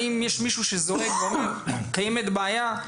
האם יש מישהו שזועק ואומר שקיימת בעיה?